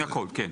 כן, לכל, כן.